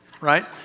right